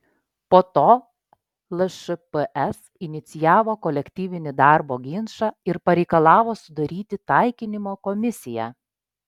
po to lšps inicijavo kolektyvinį darbo ginčą ir pareikalavo sudaryti taikinimo komisiją